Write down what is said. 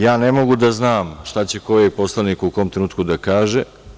Ja ne mogu da znam šta će koji poslanik u kom trenutku da kaže.